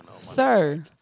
Sir